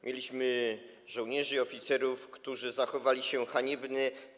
Mieliśmy żołnierzy i oficerów, którzy zachowali się haniebnie.